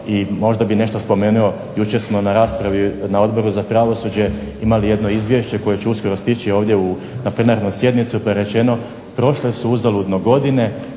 možda bi nešto spomenuo, jučer smo na raspravi na Odboru za pravosuđe imali jedno izvješće koje će uskoro stići ovdje u, na plenarnu sjednicu, pa je rečeno prošle su uzaludno godine